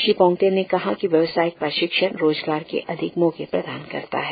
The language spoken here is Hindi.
श्री पोंगते ने कहा कि व्यवसायिक प्रशिक्षण रोजगार के अधिक मौके प्रदान करता है